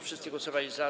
Wszyscy głosowali za.